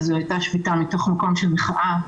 אבל זו הייתה שביתה מתוך מקום של מחאה.